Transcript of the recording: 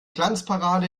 glanzparade